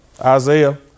Isaiah